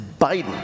Biden